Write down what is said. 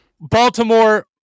Baltimore